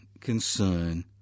concern